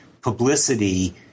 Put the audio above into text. publicity